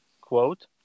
quote